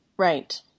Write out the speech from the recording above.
Right